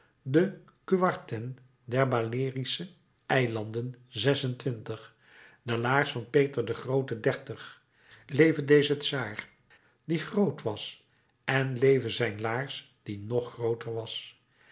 de cuartin der balearische eilanden zesentwintig de laars van peter den groote dertig leve deze czaar die groot was en leve zijn laars die nog grooter was